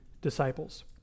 disciples